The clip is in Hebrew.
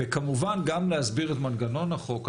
וכמובן גם להסביר את מנגנון החוק.